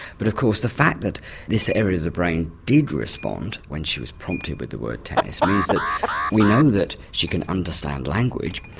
but of course the fact that this area of the brain did respond when she was prompted with the word tennis means that we know she can understand language.